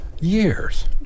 years